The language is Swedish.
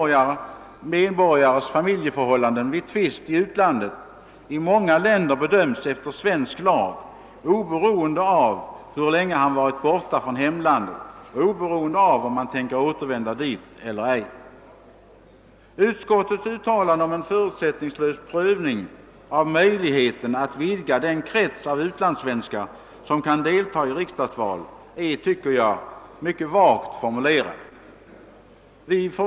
Som exempel kan nämnas att en svensk medborgares familjeförhållanden vid tvist i utlandet i många länder bedöms efter svensk lag oberoende av hur länge han varit borta från hemlandet och oberoende av om han ämnar återvända dit eller ej. Utskottets uttalande om en förutsättningslös prövning av möjligheterna att vidga den krets av utlandssvenskar som kan delta i riksdagsval är enligt min mening mycket vagt formulerad.